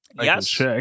Yes